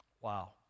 Wow